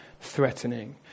Threatening